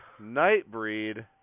Nightbreed